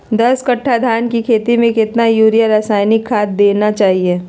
दस कट्टा धान की खेती में कितना यूरिया रासायनिक खाद देना चाहिए?